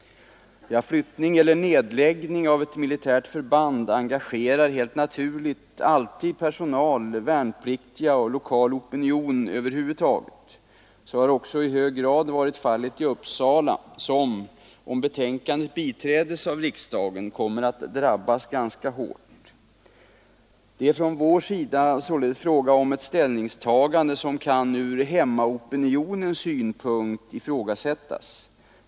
Flyttning eller nedläggning av ett militärt förband engagerar helt naturligt alltid personal, värnpliktiga och lokal opinion över huvud taget. Så har också i hög grad varit fallet i Uppsala som, om utskottets hemställan bifalles av riksdagen, kommer att drabbas ganska hårt. Det är från vår sida således fråga om ett ställningstagande som ur hemmao pinionens synpunkt kan ifrågasättas.